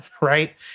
right